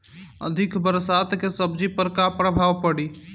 अधिक बरसात के सब्जी पर का प्रभाव पड़ी?